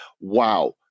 wow